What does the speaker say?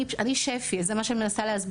אני משפ"י, זה מה שאני מנסה להסביר.